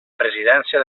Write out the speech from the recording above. presidència